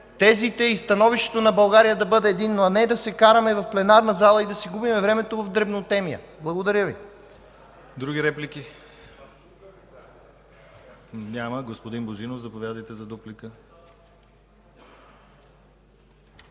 тезите и становището на България да бъде единно, а не да се караме в пленарната зала и да си губим времето в дребнотемия. Благодаря Ви. ПРЕДСЕДАТЕЛ ДИМИТЪР ГЛАВЧЕВ: Други реплики? Няма. Господин Божинов, заповядайте за дуплика.